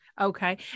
Okay